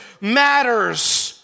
matters